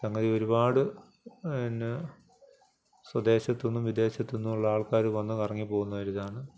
സംഗതി ഒരുപാട് എന്നാ സ്വദേശത്തു നിന്നും വിദേശത്തു നിന്നും ഉള്ള ആൾക്കാർ വന്ന് കറങ്ങി പോകുന്ന ഒരിതാണ്